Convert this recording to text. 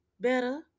better